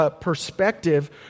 perspective